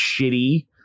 shitty